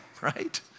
right